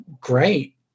great